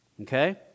Okay